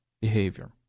behavior